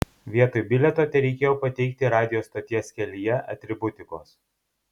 vietoj bilieto tereikėjo pateikti radijo stoties kelyje atributikos